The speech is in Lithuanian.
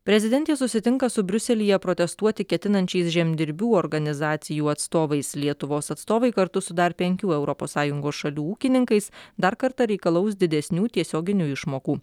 prezidentė susitinka su briuselyje protestuoti ketinančiais žemdirbių organizacijų atstovais lietuvos atstovai kartu su dar penkių europos sąjungos šalių ūkininkais dar kartą reikalaus didesnių tiesioginių išmokų